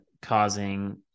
causing